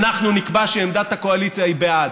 ואנחנו נקבע שעמדת הקואליציה היא בעד.